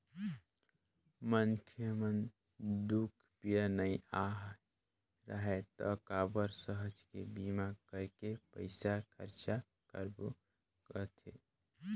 मनखे म दूख पीरा नइ आय राहय त काबर सहज के बीमा करके पइसा खरचा करबो कहथे